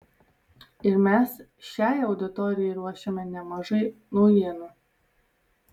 ir mes šiai auditorijai ruošiame nemažai naujienų